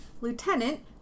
Lieutenant